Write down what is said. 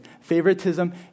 favoritism